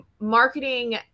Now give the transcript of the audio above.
marketing